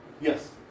Yes